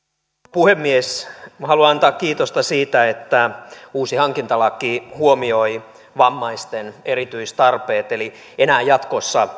puhemies minä haluan antaa kiitosta siitä että uusi hankintalaki huomioi vammaisten erityistarpeet eli enää jatkossa